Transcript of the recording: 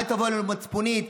אל תבואו אלינו מצפונית,